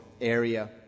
area